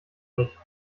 nicht